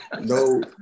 no